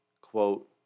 quote